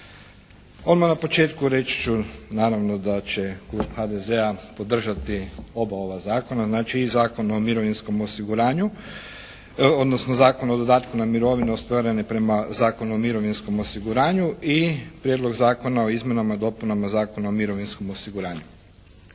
Odmah na početku reći ću naravno da će klub HDZ-a podržati oba ova zakona, znači i Zakon o mirovinskom osiguranju odnosno o dodatku na mirovinu ostvarene prema Zakonu o mirovinskom osiguranju i Prijedlog Zakona o izmjenama i dopunama Zakona o mirovinskom osiguranju.